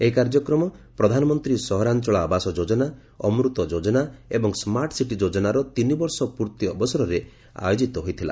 ଏହି କାର୍ଯ୍ୟକ୍ରମ ପ୍ରଧାନମନ୍ତ୍ରୀ ସହରାଞ୍ଚଳ ଆବାସ ଯୋଜନା ଅମୃତ ଯୋଜନା ଏବଂ ସ୍କାର୍ଟ ସିଟି ଯୋଜନାର ତିନି ବର୍ଷ ପୂର୍ତ୍ତି ଅବସରରେ ଆୟୋଜିତ ହୋଇଥିଲା